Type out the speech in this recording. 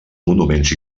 monuments